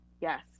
Yes